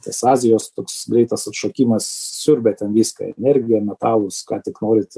tas azijos toks greitas atšokimas siurbia ten viską energiją metalus ką tik norite